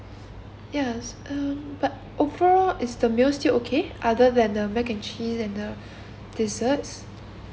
yes uh but overall is the meal still okay other than the mac and cheese and the desserts